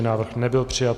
Návrh nebyl přijat.